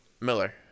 Miller